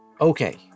Okay